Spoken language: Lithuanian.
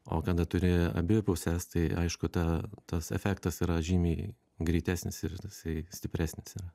o kada turi abi puses tai aišku ta tas efektas yra žymiai greitesnis ir tasai stipresnis yra